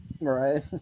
Right